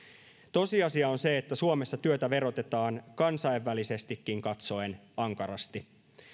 tosiasia on se että suomessa työtä verotetaan kansainvälisestikin katsoen ankarasti